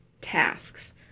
tasks